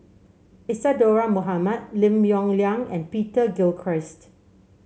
Isadhora Mohamed Lim Yong Liang and Peter Gilchrist